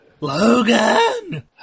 Logan